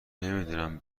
نمیدونم